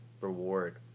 reward